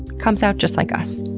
comes out just like us.